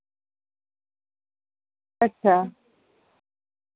अच्छा